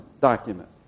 document